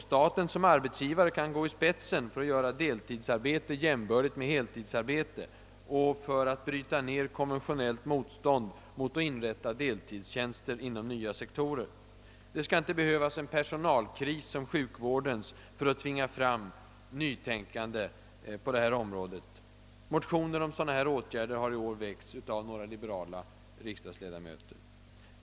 Staten som arbetsgivare kan gå i spetsen för att göra deltidsarbete jämbördigt med heltidsarbete och för att bryta ned konventionellt motstånd mot att inrätta deltidstjänster inom nya sektorer. Det skall inte behövas en personalkris som sjukvårdens för att tvinga fram nytänkande på det här området. Motioner i detta syfte har i år väckts av liberala riksdagsledamöter.